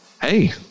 Hey